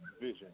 vision